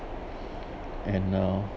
and uh